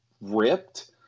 ripped